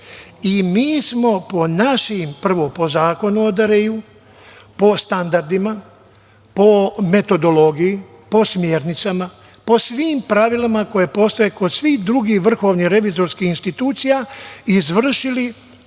i mi smo po našim, prvo po Zakonu o DRI, po standardima, po metodologiji, po smernicama, po svim pravilima koja postoje kod svih drugih vrhovnih revizorskih institucija izvršili